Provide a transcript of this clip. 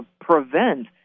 prevent